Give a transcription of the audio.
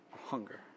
hunger